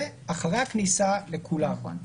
ואחרי הכניסה לכולם,